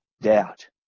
doubt